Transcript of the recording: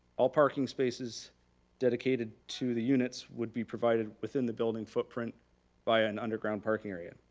all parking spaces dedicated to the units would be provided within the building footprint via an underground parking area.